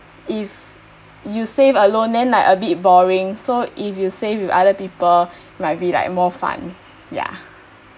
if you save alone then like a bit boring so if you save with other people might be like more fun yeah